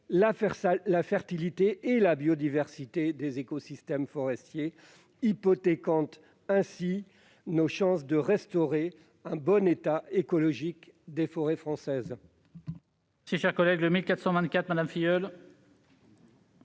la fertilité et la biodiversité des écosystèmes forestiers, hypothéquant ainsi nos chances de restaurer un bon état écologique des forêts françaises.